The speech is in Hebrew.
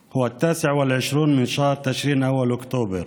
להלן תרגומם: היום הוא 29 באוקטובר,